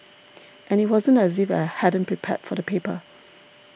and it wasn't as if I hadn't prepared for the paper